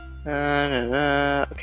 Okay